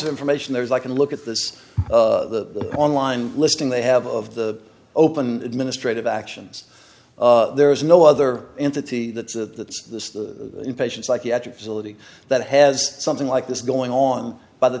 of information there is i can look at this the online listing they have of the open administrative actions there is no other entity that the inpatient psychiatric facility that has something like this going on by the